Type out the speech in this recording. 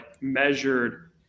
measured